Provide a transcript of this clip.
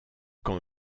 quand